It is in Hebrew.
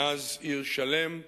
מאז עיר-שלם,